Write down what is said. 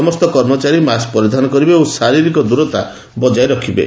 ସମସ୍ତ କର୍ମଚାରୀ ମାସ୍କ ପରିଧାନ କରିବେ ଓ ଶାରିରୀକ ଦୂରତା ବଜାୟ ରଖିବେ